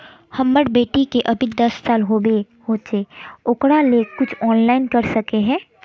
हमर बेटी के अभी दस साल होबे होचे ओकरा ले कुछ ऑनलाइन कर सके है?